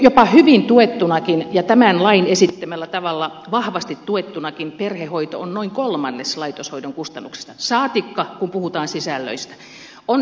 jopa hyvin tuettunakin ja tämän lain esittämällä tavalla vahvasti tuettunakin perhehoito on noin kolmannes laitoshoidon kustannuksista saatikka kun puhutaan sisällöistä